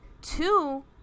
Two